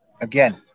again